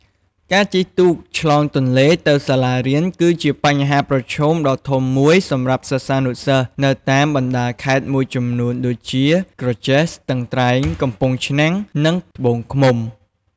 ការជិះទូកឆ្លងទន្លេទៅសាលារៀន គឺជាបញ្ហាប្រឈមដ៏ធំមួយសម្រាប់សិស្សានុសិស្សនៅតាមបណ្ដាខេត្តមួយចំនួនដូចជា ក្រចេះ ស្ទឹងត្រែង កំពង់ឆ្នាំង និង ត្បូងឃ្មុំ។